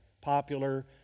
popular